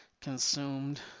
consumed